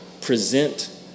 present